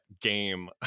game